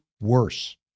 worse